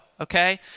okay